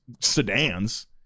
sedans